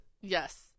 Yes